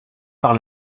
par